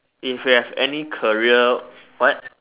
if you have any career what